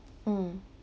mm